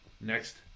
Next